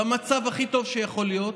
במצב הכי טוב שיכול להיות,